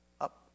up